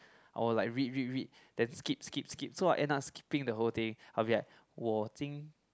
I will like read read read then skip skip skip so I end up skipping the whole thing I'll be like 我今